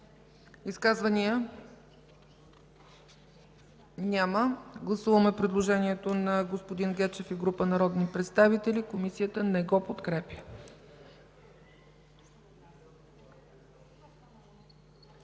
Поставям на гласуване предложение на господин Гечев и група народни представители, Комисията не го подкрепя.